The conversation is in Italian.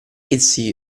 essi